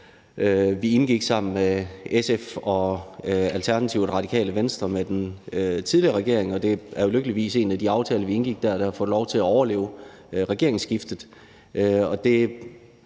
som vi sammen med SF, Alternativet og Radikale Venstre indgik med den tidligere regering, og det er jo lykkeligvis en af de aftaler, vi indgik, som har fået lov til at overleve regeringsskiftet.